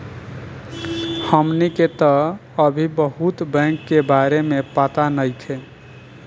हमनी के तऽ अभी बहुत बैंक के बारे में पाता नइखे